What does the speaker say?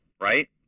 right